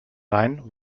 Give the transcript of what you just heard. rein